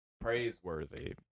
Praiseworthy